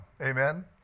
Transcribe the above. Amen